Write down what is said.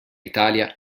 italia